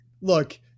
Look